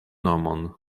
nomon